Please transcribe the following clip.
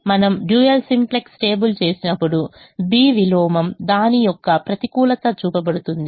మనము dual simplex table చేసినప్పుడు B విలోమం దాని యొక్క ప్రతికూలత చూపబడుతుంది